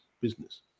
business